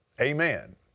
Amen